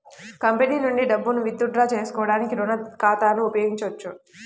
company నుండి డబ్బును withdraw చేసుకోవడానికి రుణ ఖాతాను ఉపయోగించొచ్చు